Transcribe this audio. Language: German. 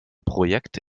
projekt